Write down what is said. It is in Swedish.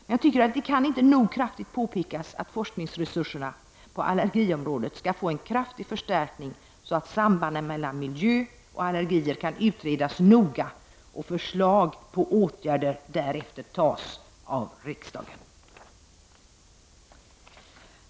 Men jag tycker att det inte nog kan påpekas att forskningsresurserna på allergiområdet bör få en kraftig förstärkning, så att sambanden mellan miljö och allergier kan utredas noga och förslag till åtgärder därefter antas av riksdagen.